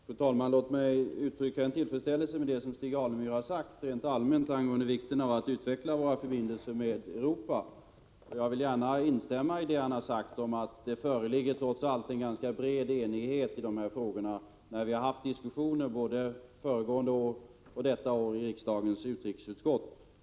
Fru talman! Låt mig uttrycka min tillfredsställelse med det som Stig Alemyr rent allmänt har sagt angående vikten av att utveckla våra förbindelser med Europa. Jag vill gärna instämma i att det trots allt förelegat en ganska bred enighet i dessa frågor i riksdagens utrikesutskotts diskussioner både detta år och föregående år.